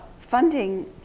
Funding